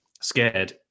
scared